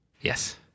Yes